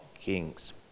kings